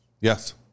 Yes